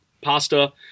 pasta